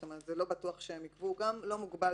זאת אומרת זה לא בטוח שהם עיכבו וגם לא מוגבל